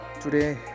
today